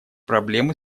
проблем